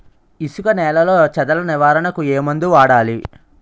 ఇసుక నేలలో చదల నివారణకు ఏ మందు వాడాలి?